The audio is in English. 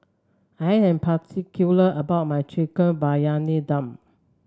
I am particular about my Chicken Briyani Dum